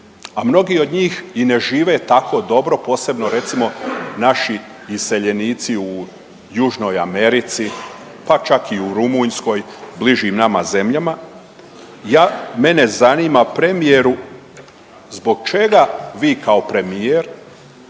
a mnogi od njih i ne žive tako dobro posebno recimo naši iseljenici u južnoj Americi, pa čak i u Rumunjskoj, bližim nama zemljama. Mene zanima premijeru zbog čega vi kao premijer